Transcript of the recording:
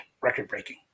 record-breaking